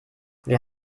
wir